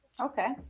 Okay